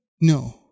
No